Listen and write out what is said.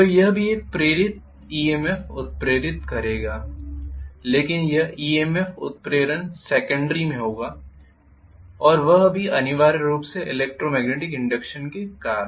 तो यह भी एक EMF उत्प्रेररित करेगा लेकिन यह EMF उत्प्रेरण सेकेंडरी में होगा और वह भी अनिवार्य रूप से है ईलेकट्रोमेग्नेटिक इंडक्षन के कारण